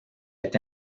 est